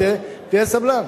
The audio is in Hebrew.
אבל תהיה סבלן.